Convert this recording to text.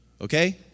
okay